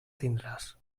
tindràs